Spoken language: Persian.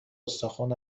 استخون